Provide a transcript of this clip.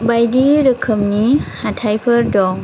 बायदि रोखोमनि हाथाइफोर दं